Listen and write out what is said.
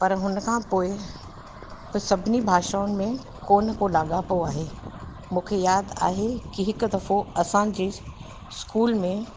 पर हुन खां पोइ त सभिनी भाषाउनि में को न को लाॻापो आहे मूंखे यादि आहे की हिकु दफ़ो असांजे स्कूल में